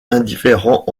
indifférent